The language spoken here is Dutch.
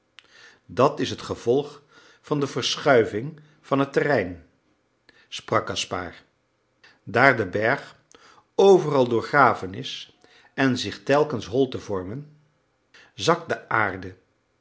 dat is het gevolg van de verschuiving van het terrein sprak gaspard daar de berg overal doorgraven is en zich telkens holten vormen zakt de aarde